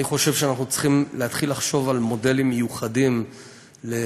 אני חושב שאנחנו צריכים להתחיל לחשוב על מודלים מיוחדים לזיקה,